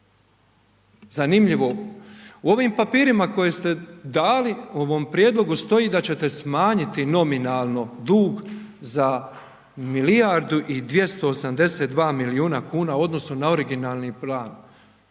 zanimljivo, u ovim papirima koje ste dali u ovom prijedlogu stoji da ćete smanjiti nominalno dug za milijardu i 282 milijuna kuna u odnosu na originalni plan,